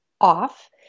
off